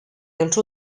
dels